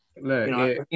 Look